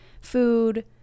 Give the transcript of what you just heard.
food